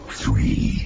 three